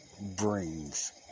brings